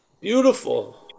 Beautiful